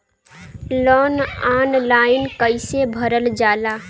Loan online कइसे भरल जाला?